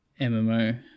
MMO